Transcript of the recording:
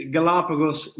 Galapagos